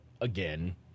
again